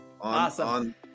awesome